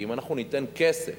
כי אם אנחנו ניתן כסף